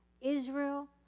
Israel